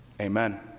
Amen